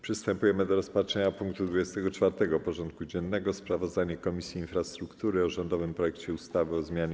Przystępujemy do rozpatrzenia punktu 24. porządku dziennego: Sprawozdanie Komisji Infrastruktury o rządowym projekcie ustawy o zmianie